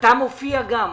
--- אתה מופיע, גם מיקי,